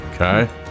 Okay